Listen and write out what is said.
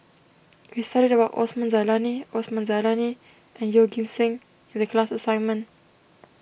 we studied about Osman Zailani Osman Zailani and Yeoh Ghim Seng in the class assignment